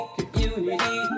community